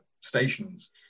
stations